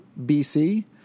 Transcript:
BC